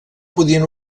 podien